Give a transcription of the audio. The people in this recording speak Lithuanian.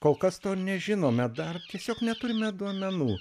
kol kas to nežinome dar tiesiog neturime duomenų